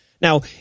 Now